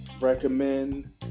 recommend